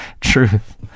truth